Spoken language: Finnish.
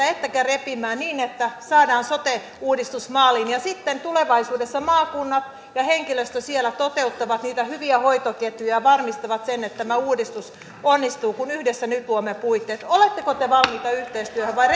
ettekä repimään niin että saadaan sote uudistus maaliin sitten tulevaisuudessa maakunnat ja henkilöstö siellä toteuttavat niitä hyviä hoitoketjuja ja varmistavat sen että tämä uudistus onnistuu kun yhdessä nyt luomme puitteet oletteko te valmiita yhteistyöhön vai